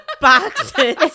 boxes